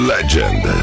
Legend